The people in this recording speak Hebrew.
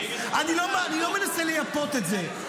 אני לא מנסה לייפות את זה.